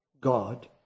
God